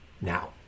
now